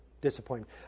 Disappointment